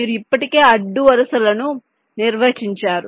మీరు ఇప్పటికే అడ్డు వరుసలను నిర్వచించారు